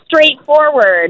straightforward